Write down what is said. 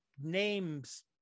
names